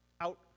out